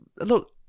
look